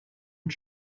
und